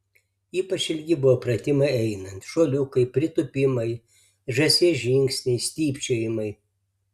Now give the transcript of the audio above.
ypač ilgi buvo pratimai einant šuoliukai pritūpimai žąsies žingsniai stypčiojimai